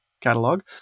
catalog